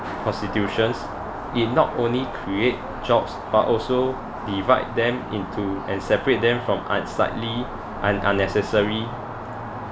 prostitution it not only create jobs but also divide them into and separate them from unsightly un~ unnecessary